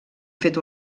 fet